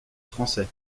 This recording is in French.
français